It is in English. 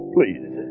Please